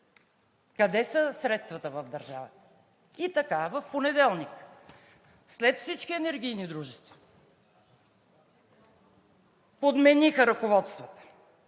Къде са средствата в държавата? И така в понеделник след всички енергийни дружества подмениха ръководството